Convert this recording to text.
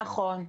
נכון,